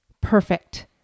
perfect